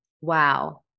wow